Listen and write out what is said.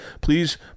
Please